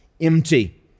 empty